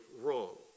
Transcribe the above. wrong